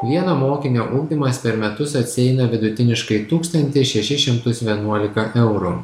vieno mokinio ugdymas per metus atsieina vidutiniškai tūkstantį šešis šimtus vienuolika eurų